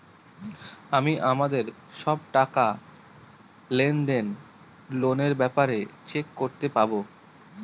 আমি আমাদের সব টাকা, লেনদেন, লোনের ব্যাপারে চেক করতে পাবো